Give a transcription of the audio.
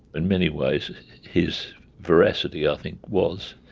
in many ways his veracity i think was